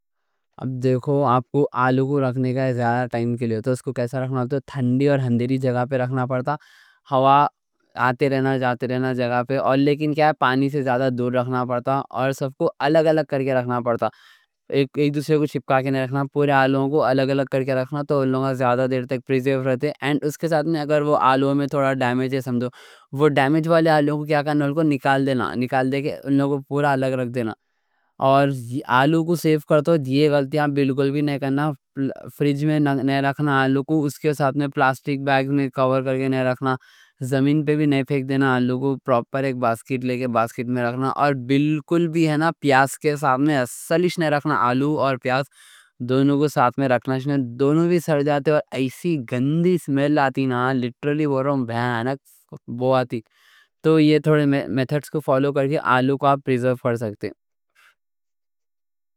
اب دیکھو آپ کو آلو کو رکھنے کا زیادہ ٹائم کے لیے تو اس کو کیسا رکھنا پڑتا ہے؟ تھنڈی اور ہندیری جگہ پہ رکھنا پڑتا، ہوا آتے جاتے رہنے جگہ پہ۔ لیکن پانی سے زیادہ دور رکھنا پڑتا اور سب کو الگ الگ کر کے رکھنا پڑتا ایک دوسرے کو چپکا کے نہیں رکھنا۔ پورے آلو کو الگ الگ کر کے رکھنا تو آلو زیادہ دیر تک پریزرو رہتے۔ اور اس کے ساتھ میں اگر آلو میں تھوڑا ڈیمیج ہے، سمجھو وہ ڈیمیج والے آلو کو نکال دینا، نکال دے کے انہوں کو پورا الگ رکھ دینا۔ اور آلو کو سیو کر تو یہ غلطی آپ بالکل بھی نہیں کرنا فریج میں نہیں رکھنا آلو کو، اس کے ساتھ میں پلاسٹک بیگ کور کر کے نہیں رکھنا، زمین پہ بھی نہیں پھینک دینا۔ آلو کو پراپر ایک باسکیٹ لے کے باسکیٹ میں رکھنا، اور بالکل بھی پیاز کے ساتھ میں اصلاً نہیں رکھنا۔ آلو اور پیاز دونوں کو ساتھ میں رکھنا، دونوں بھی سڑ جاتے اور ایسی گندی سمیل آتی نا، لیٹرلی۔ تو یہ تھوڑے میتھڈز کو فالو کر کے آلو کو آپ پریزرو کر سکتے ہیں۔